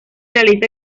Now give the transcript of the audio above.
realiza